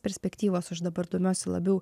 perspektyvos aš dabar domiuosi labiau